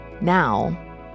Now